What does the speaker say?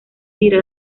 tira